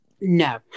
No